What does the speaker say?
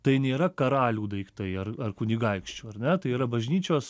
tai nėra karalių daiktai ar ar kunigaikščių ar ne tai yra bažnyčios